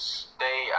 stay